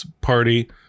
party